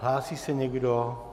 Hlásí se někdo?